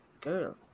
girl